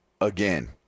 again